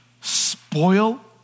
spoil